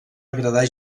agradar